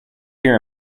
hear